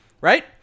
right